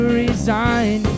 resign